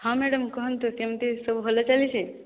ହଁ ମ୍ୟାଡ଼ମ କୁହନ୍ତୁ କେମିତି ସବୁ ଭଲ ଚାଲିଛି